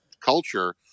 culture